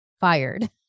fired